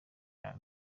yawe